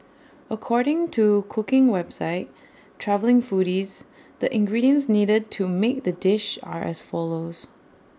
according to cooking website travelling foodies the ingredients needed to make the dish are as follows